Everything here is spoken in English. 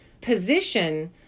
position